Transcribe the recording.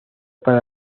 para